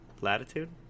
latitude